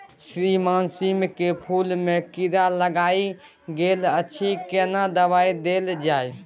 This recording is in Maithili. श्रीमान सीम के फूल में कीरा लाईग गेल अछि केना दवाई देल जाय?